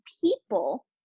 people